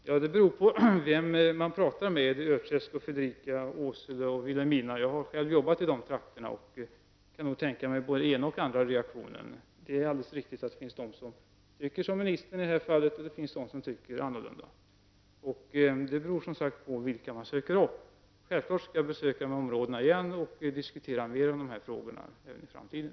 Herr talman! Det beror på vem man talar med i Örträsk, Fredrika, Åsele eller Vilhelmina. jag har själv arbetat i de trakterna och kan tänka mig både den ena och den andra reaktionen. Det är alldeles riktigt att det finns de som i det här fallet tycker som ministern, och det finns de som tycker annorlunda. Det beror på vilka människor man söker upp. Jag skall självfallet i framtiden besöka dessa områden igen och diskutera dessa frågor mer.